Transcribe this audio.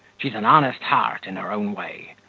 she's an honest heart in her own way,